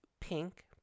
Pink